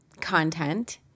content